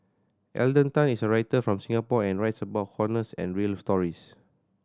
Alden Tan is a writer from Singapore and writes about honest and real stories